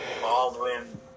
Baldwin